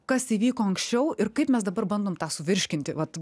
kas įvyko anksčiau ir kaip mes dabar bandom tą suvirškinti vat